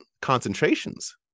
concentrations